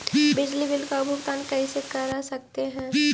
बिजली बिल का भुगतान कैसे कर सकते है?